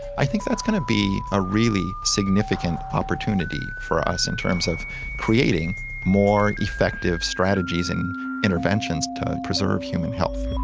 i think that's going to be a really significant opportunity for us in terms of creating more effective strategies and interventions to preserve human health.